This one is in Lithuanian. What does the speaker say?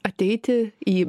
ateiti į